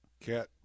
Cat